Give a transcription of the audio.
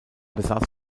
besaß